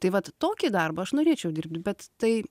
tai vat tokį darbą aš norėčiau dirbti bet tai